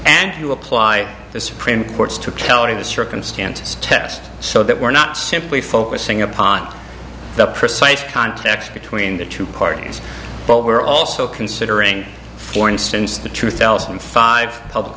and you apply the supreme court's to tell me the circumstances test so that we're not simply focusing upon the precise context between the two parties but we are also considering for instance the two thousand and five public